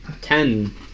Ten